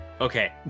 okay